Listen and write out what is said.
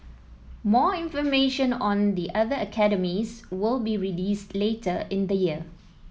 more information on the other academies will be released later in the year